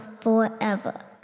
forever